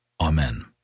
Amen